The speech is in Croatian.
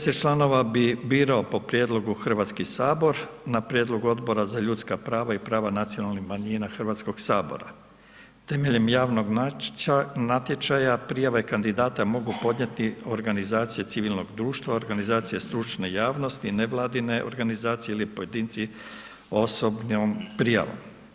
10 članova bi birao po prijedlogu Hrvatski sabor, na prijedlog Odbora za ljudskog prava i prava nacionalnih manjina Hrvatskog sabora, temeljem javnog natječaja, prijava kandidata mogu podnijeti organizacije civilnog društva, organizacije stručne javnosti, nevladine organizacije ili pojedinci osobnom prijavom.